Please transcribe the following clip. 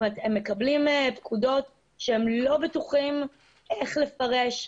הם מקבלים פקודות שהם לא בטוחים איך לפרש,